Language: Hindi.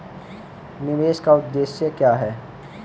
निवेश का उद्देश्य क्या है?